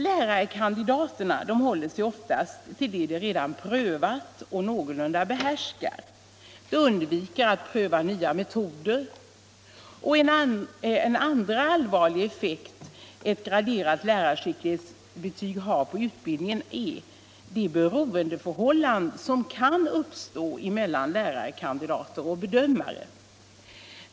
Lärarkandidaterna håller sig oftast till det de redan prövat och någorlunda behärskar. De undviker att pröva nya metoder. En andra allvarlig effekt ett graderat lärarskicklighetsbetyg har på utbildningen är det beroendeförhållande som kan uppstå mellan lärarkandidater och bedömare.